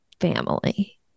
family